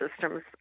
systems